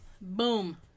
boom